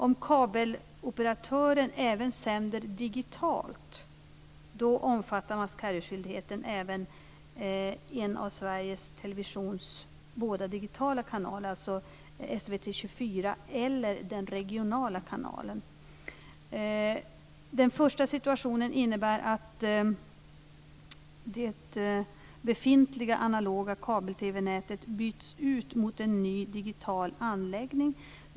Om kabeloperatören även sänder digitalt, då omfattar must carry-skyldigheten en av Sveriges televisions båda digitala kanaler, alltså SVT 24 eller den regionala kanalen. Den första situationen innebär att det befintliga analoga kabel-TV-nätet byts ut mot en ny digital anläggning.